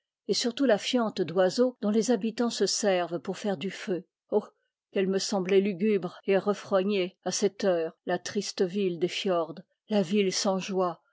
et surtout la fiente d'oiseaux dont les habitants se servent pour faire du feu oh qu'elle me semblait lugubre et rerognée à cette heure la triste ville des fiords la ville